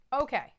Okay